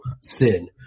Sin